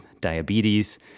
diabetes